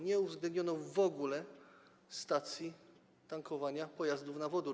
Nie uwzględniono w ogóle stacji tankowania pojazdów na wodór.